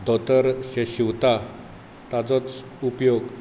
धोतर जें शिंवता ताचोच उपयोग